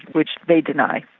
which they deny.